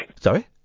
Sorry